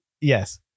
Yes